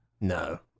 No